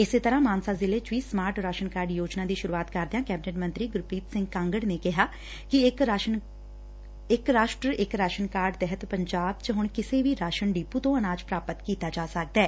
ਇਸੇ ਤਰਾਂ ਮਾਨਸਾ ਜ਼ਿਲੇ ਚ ਵੀ ਸੱਮਾਰਟ ਰਾਸ਼ਨ ਕਾਰਡ ਯੋਜਨਾ ਦੀ ਸੁਰੁਆਤ ਕਰਦਿਆਂ ਕੈਬਨਿਟ ਮੰਤਰੀ ਗੁਰਪੀਤ ਸਿੰਘ ਕਾਂਗੜ ਨੇ ਕਿਹਾ ਕਿ ਇਕ ਰਾਸ਼ਟਰ ਇਕ ਰਾਸ਼ਨ ਕਾਰਡ ਤਹਿਤ ਪੰਜਾਬ ਚ ਹੁਣ ਕਿਸੇ ਵੀ ਰਾਸ਼ਨ ਡਿਪੁ ਤੋਂ ਅਨਾਜ ਪ੍ਰਾਪਤ ਕੀਤਾ ਜਾ ਸਕਦੈ